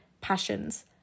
passions